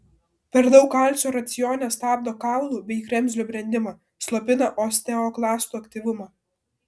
per daug kalcio racione stabdo kaulų bei kremzlių brendimą slopina osteoklastų aktyvumą